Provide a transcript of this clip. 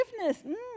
forgiveness